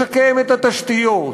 לשקם את התשתיות,